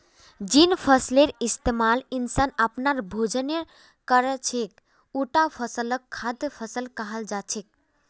जिन फसलेर इस्तमाल इंसान अपनार भोजनेर कर छेक उटा फसलक खाद्य फसल कहाल जा छेक